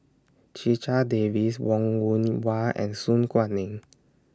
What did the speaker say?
Checha Davies Wong Yoon Wah and Su Guaning